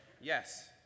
Yes